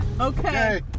Okay